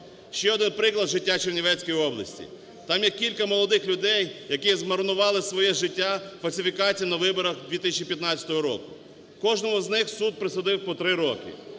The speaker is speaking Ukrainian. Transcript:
Ще один приклад з життя Чернівецької області. Там є кілька молодих людей, які змарнували своє життя фальсифікаціями на виборах 2015 року. Кожному з них суд присудив по 3 роки.